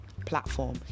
platform